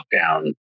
lockdown